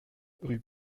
rue